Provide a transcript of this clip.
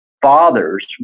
fathers